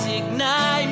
ignite